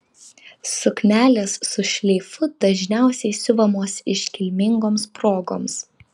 suknelės su šleifu dažniausiai siuvamos iškilmingoms progoms